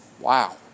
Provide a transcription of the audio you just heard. Wow